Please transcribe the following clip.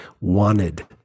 wanted